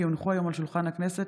כי הונחו היום על שולחן הכנסת,